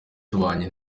tubanye